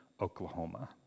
Oklahoma